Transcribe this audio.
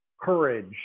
courage